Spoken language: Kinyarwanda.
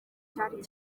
cyari